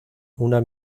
una